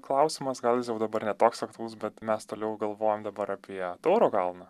klausimas gal jis jau dabar ne toks aktualus bet mes toliau galvojam dabar apie tauro kalną